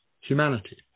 humanity